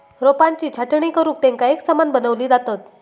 रोपांची छाटणी करुन तेंका एकसमान बनवली जातत